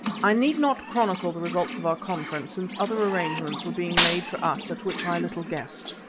i need not chronicle the results of our conference since other arrangements were being made for us at which i little guessed.